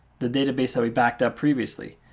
the database that we backed up previously.